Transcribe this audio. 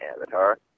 Avatar